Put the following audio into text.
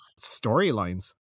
storylines